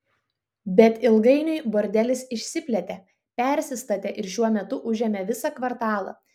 bet ilgainiui bordelis išsiplėtė persistatė ir šiuo metu užėmė visą kvartalą